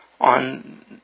on